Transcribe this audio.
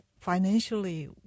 financially